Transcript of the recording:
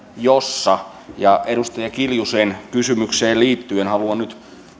jossa ja edustaja kiljusen kysymykseen liittyen haluan nyt